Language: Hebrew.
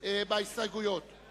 לשם החוק יש הסתייגויות רבות.